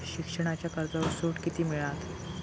शिक्षणाच्या कर्जावर सूट किती मिळात?